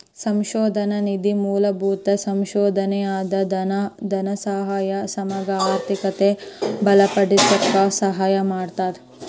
ಸಂಶೋಧನಾ ನಿಧಿ ಮೂಲಭೂತ ಸಂಶೋಧನೆಯಾಗ ಧನಸಹಾಯ ನಮಗ ಆರ್ಥಿಕತೆಯನ್ನ ಬಲಪಡಿಸಕ ಸಹಾಯ ಮಾಡ್ತದ